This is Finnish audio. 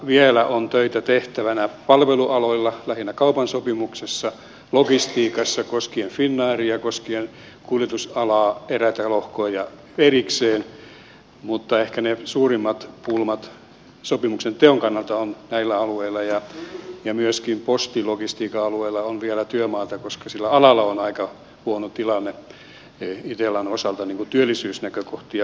vielä on töitä tehtävänä palvelualoilla lähinnä kaupan sopimuksessa logistiikassa koskien finnairia koskien kuljetusalaa eräitä lohkoja erikseen mutta ehkä ne suurimmat pulmat sopimuksenteon kannalta ovat näillä alueilla ja myöskin postilogistiikan alueella on vielä työmaata koska sillä alalla on aika huono tilanne itellan osalta työllisyysnäkökohtia huomioon ottaen